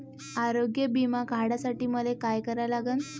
आरोग्य बिमा काढासाठी मले काय करा लागन?